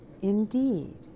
indeed